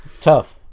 Tough